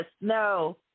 No